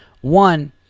One